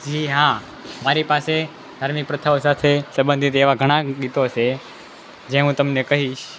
જી હા મારી પાસે ધાર્મિક પ્રથાઓ સાથે સંબધિત એવાં ઘણાં ગીતો છે જે હું તમને કહીશ